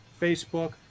Facebook